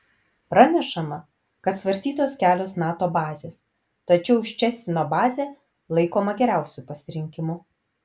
pranešama kad svarstytos kelios nato bazės tačiau ščecino bazė laikoma geriausiu pasirinkimu